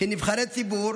כנבחרי ציבור,